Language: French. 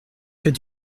fait